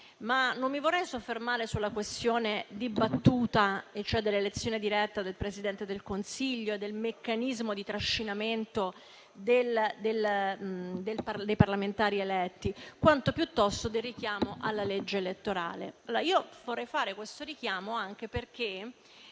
Non mi vorrei soffermare tanto sulla questione dibattuta dell'elezione diretta del Presidente del Consiglio e del meccanismo di trascinamento dei parlamentari eletti, quanto piuttosto sul richiamo alla legge elettorale. Nel passato noi abbiamo